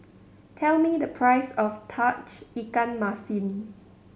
tell me the price of Tauge Ikan Masin